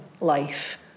life